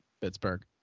Pittsburgh